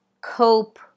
cope